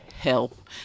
help